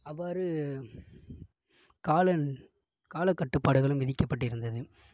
அவ்வாறு காலன் காலக்கட்டுப்பாடுகளும் விதிக்கப்பட்டு இருந்தது